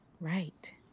right